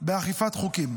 באכיפת חוקים.